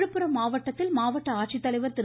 விழுப்புரம் மாவட்டத்தில் மாவட்ட ஆட்சித்தலைவர் திரு